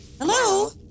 Hello